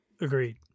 Agreed